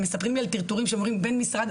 הם מספרים לי על טרטורים שהם עוברים בין משרד